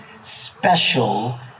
special